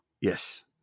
Yes